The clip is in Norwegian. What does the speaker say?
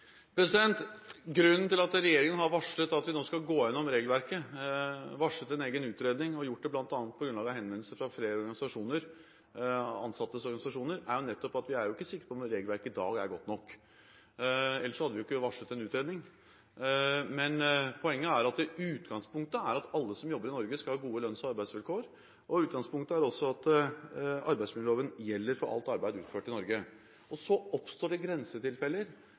Grunnen til at regjeringen har varslet at vi nå skal gå gjennom regelverket, har varslet en egen utredning – og har gjort det bl.a. på grunnlag av henvendelser fra flere ansatteorganisasjoner – er nettopp at vi ikke er sikre på om regelverket i dag er godt nok, ellers hadde vi ikke varslet en utredning. Poenget er at utgangspunktet er at alle som jobber i Norge skal ha gode lønns- og arbeidsvilkår, og at arbeidsmiljøloven gjelder for alt arbeid utført i Norge. Så oppstår det grensetilfeller,